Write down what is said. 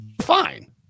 fine